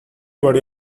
body